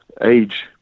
age